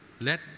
let